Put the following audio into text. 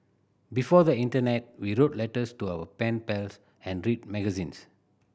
before the internet we wrote letters to our pen pals and read magazines